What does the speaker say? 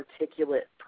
articulate